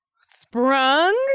Sprung